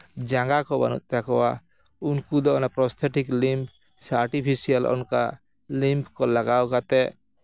ᱡᱟᱝᱜᱟ ᱠᱚ ᱵᱟᱹᱱᱩᱜ ᱛᱟᱠᱚᱣᱟ ᱩᱱᱠᱩ ᱫᱚ ᱚᱱᱟ ᱯᱨᱚᱛᱷᱮᱴᱤᱥ ᱞᱤᱢ ᱥᱮ ᱟᱨᱴᱤᱯᱷᱮᱥᱤᱭᱟᱞ ᱚᱱᱠᱟ ᱞᱤᱢᱯᱷ ᱠᱚ ᱞᱟᱜᱟᱣ ᱠᱟᱛᱮᱫ